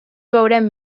veurem